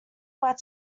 what